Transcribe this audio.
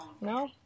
No